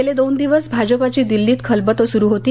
गेले दोन दिवस भाजपाची दिल्लीत खलबतं सुरू होती